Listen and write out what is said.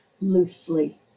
loosely